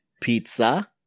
pizza